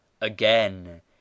again